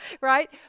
right